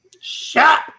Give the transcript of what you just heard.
Shut